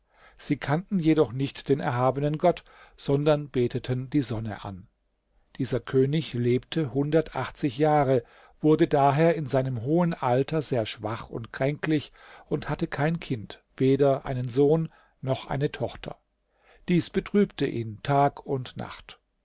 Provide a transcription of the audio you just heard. sie kannten jedoch nicht den erhabenen gott sondern beteten die sonne an dieser könig lebte hundertachtzig jahre wurde daher in seinem hohen alter sehr schwach und kränklich und hatte kein kind weder einen sohn noch eine tochter dies betrübte ihn tag und nacht